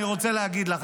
אני רוצה להגיד לך,